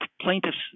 plaintiff's